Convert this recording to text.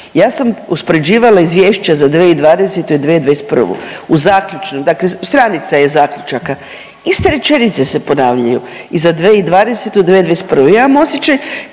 Ja sam uspoređivala Izvješća za 2020. i 2021. U zaključku, dakle stranica je zaključaka, iste rečenice se ponavljaju i za 2020. i 2021. Ja imam osjećaj